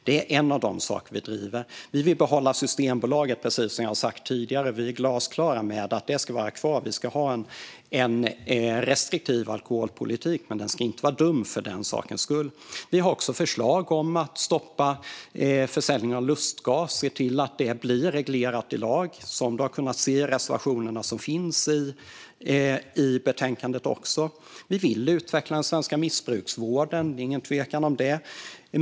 Det är en av de saker som vi driver. Vi vill behålla Systembolaget, precis som jag har sagt tidigare. Vi är glasklara med att det ska vara kvar. Vi ska ha en restriktiv alkoholpolitik. Men den ska inte vara dum för den sakens skull. Vi har också förslag om att stoppa försäljningen av lustgas och se till att det blir reglerat i lag. Det kan man se i reservationerna i betänkandet. Vi vill utveckla den svenska missbruksvården. Det är ingen tvekan om det.